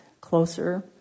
closer